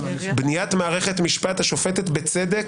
בניית מערכת משפט השופטת בצדק,